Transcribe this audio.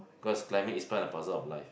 cause climbing is part and parcel of life